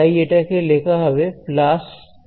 তাই এটাকে লেখা হবে প্লাস 0